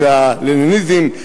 את הלניניזם,